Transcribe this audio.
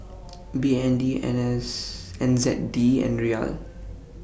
B N D N S N Z D and Riyal